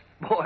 Boy